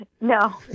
No